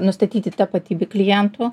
nustatyti tapatybę klientų